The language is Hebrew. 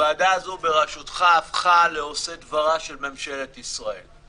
הוועדה הזאת בראשותך הפכה לעושה דברה של ממשלת ישראל.